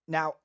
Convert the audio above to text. Now